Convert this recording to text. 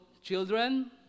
children